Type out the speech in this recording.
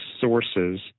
sources